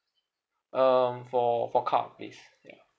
um for for car please